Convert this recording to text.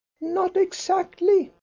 not exactly,